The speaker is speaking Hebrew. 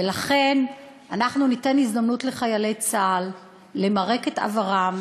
ולכן אנחנו ניתן הזדמנות לחיילי צה"ל למרק את עברם,